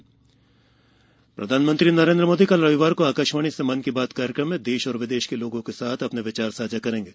प्रधानमंत्री मन की बात प्रधानमंत्री नरेंद्र मोदी कल रविवार को आकाशवाणी से मन की बात कार्यक्रम में देश और विदेश के लोगों के साथ अ ने विचार साझा करेंगे